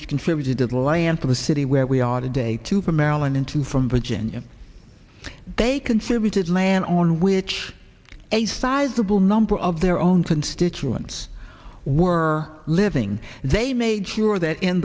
which contributed to the land for the city where we are today to her maryland into from virginia they conservative land on which a sizable number of their own constituents were living they made sure that in